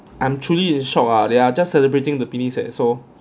I'm truly in shock ah there are just celebrating the penis eh so